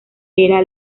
era